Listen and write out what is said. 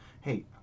Hey